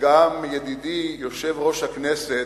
שגם של ידידי, יושב-ראש הכנסת,